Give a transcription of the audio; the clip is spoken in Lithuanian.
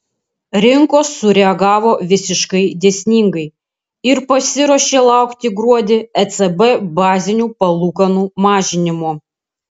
rinkos sureagavo visiškai dėsningai ir pasiruošė laukti gruodį ecb bazinių palūkanų mažinimo